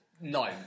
No